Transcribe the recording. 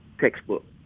textbook